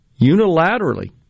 unilaterally